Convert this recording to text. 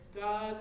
God